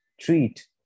treat